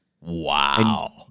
Wow